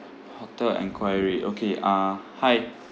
hotel enquiry okay uh hi